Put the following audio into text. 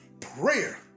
prayer